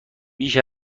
بیش